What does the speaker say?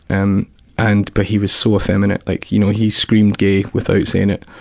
and and but he was so effeminate. like you know he screamed gay without saying it.